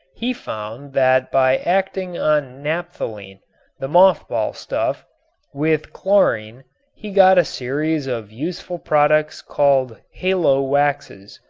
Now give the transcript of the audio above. he found that by acting on naphthalene the moth-ball stuff with chlorine he got a series of useful products called halowaxes.